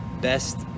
best